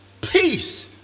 peace